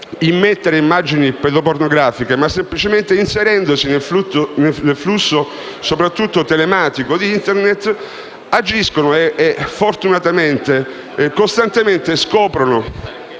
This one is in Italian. immettere immagini pedopornografiche, ma semplicemente inserendosi nel flusso, soprattutto telematico, di Internet agiscono e, fortunatamente, costantemente scoprono